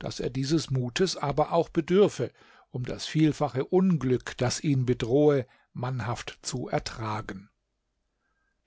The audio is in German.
daß er dieses mutes aber auch bedürfe um das vielfache unglück das ihn bedrohe mannhaft zu ertragen